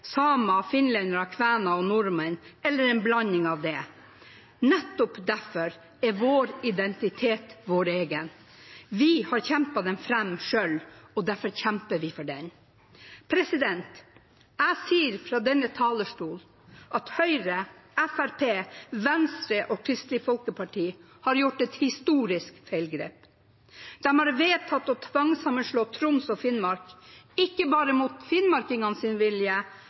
og nordmenn – eller en blanding av det. Nettopp derfor er vår identitet vår egen. Vi har kjempet den fram selv, og derfor kjemper vi for den. Jeg sier fra denne talerstol at Høyre, Fremskrittspartiet, Venstre og Kristelig Folkeparti har gjort et historisk feilgrep. De har vedtatt å tvangssammenslå Troms og Finnmark ikke bare mot finnmarkingenes vilje, men også mot flertallet i Troms’ vilje.